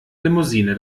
limousine